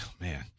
man